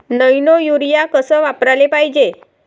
Nano urea कस वापराले पायजे?